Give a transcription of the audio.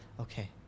Okay